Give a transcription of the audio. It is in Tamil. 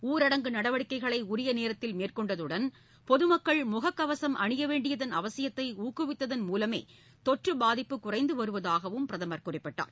ஊரடங்கு நடவடிக்கைகளை உரிய நேரத்தில் மேற்கொண்டதுடன் பொது மக்கள் முகக்கவசம் அணிய வேண்டியதன் அவசியத்தை ஊக்குவித்ததன் மூலமே தொற்று பாதிப்பு குறைந்து வருவதாக பிரதமர் குறிப்பிட்டார்